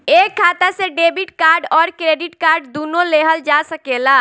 एक खाता से डेबिट कार्ड और क्रेडिट कार्ड दुनु लेहल जा सकेला?